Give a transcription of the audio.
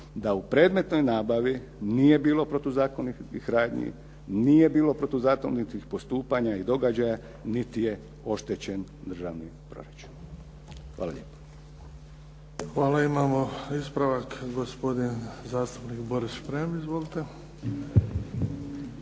da u predmetnoj nabavi nije bilo protuzakonitih radnji, nije bilo protuzakonitih postupanja i događaja, niti je oštećen Državni proračun. Hvala lijepo. **Bebić, Luka (HDZ)** Hvala. Imamo ispravak. Gospodin zastupnik Boris Šprem. Izvolite.